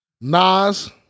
Nas